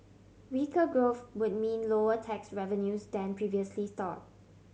weaker growth would mean lower tax revenues than previously thought